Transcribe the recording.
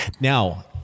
Now